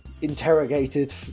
Interrogated